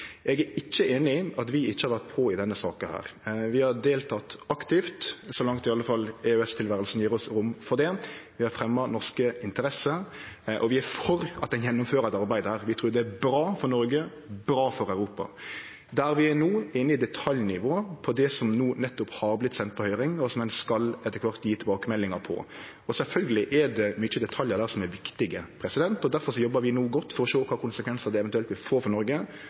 Eg er ikkje einig i at vi ikkje har vore på i denne saka. Vi har delteke aktivt, i alle fall så langt EØS-tilværet gjev oss rom for det. Vi har fremja norske interesser, og vi er for at ein gjennomfører eit arbeid her. Vi trur det er bra for Noreg, bra for Europa. Der vi er no, er på detaljnivået i det som nettopp har vorte sendt på høyring, og som ein etter kvart skal gje tilbakemeldingar på. Sjølvsagt er det mange detaljar der som er viktige. Difor jobbar vi no godt for å sjå kva konsekvensar det eventuelt vil få for Noreg